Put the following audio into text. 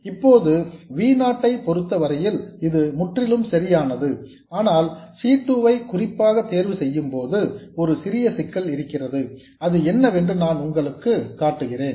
இப்போது V நாட் ஐ பொறுத்தவரையில் இது முற்றிலும் சரியானது ஆனால் C 2 ஐ குறிப்பாக தேர்வு செய்யும்போது ஒரு சிறிய சிக்கல் இருக்கிறது அது என்னவென்று நான் உங்களுக்கு காட்டுகிறேன்